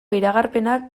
iragarpenak